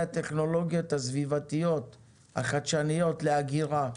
הטכנולוגיות הסביבתיות החדשניות לאגירה,